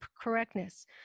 correctness